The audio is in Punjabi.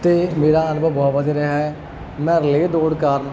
ਤੇ ਮੇਰਾ ਅਨੁਭਵ ਬਹੁਤ ਵਧੀਆ ਰਿਹਾ ਹੈ ਮੈਂ ਰਿਲੇਅ ਦੋੜ ਕਾਰਨ